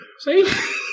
see